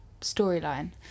storyline